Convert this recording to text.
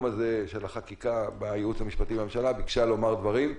הזה של החקיקה בייעוץ המשפטי לממשלה ביקשה לומר דברים.